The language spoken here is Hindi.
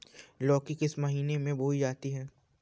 लौकी किस महीने में बोई जाती है?